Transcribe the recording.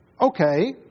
Okay